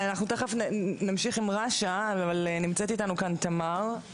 מיד נמשיך עם רש"א, אבל נמצאת איתנו כאן תמר.